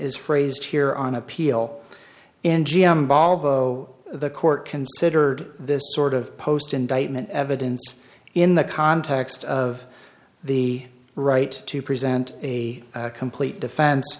is phrased here on appeal in geom valvo the court considered this sort of post indictment evidence in the context of the right to present a complete defense